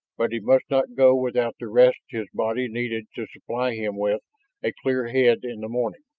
but he must not go without the rest his body needed to supply him with a clear head in the morning.